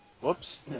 Whoops